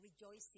rejoicing